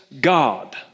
God